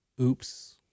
Oops